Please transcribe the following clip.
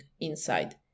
inside